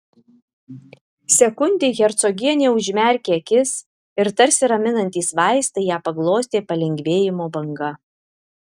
sekundei hercogienė užmerkė akis ir tarsi raminantys vaistai ją paglostė palengvėjimo banga